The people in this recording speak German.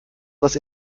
was